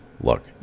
look